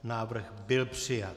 Návrh byl přijat.